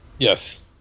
Yes